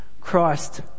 Christ